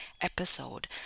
episode